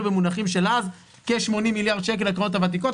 במונחים של אז כ-80 מיליארד שקל לקרנות הוותיקות,